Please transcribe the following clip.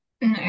no